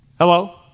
Hello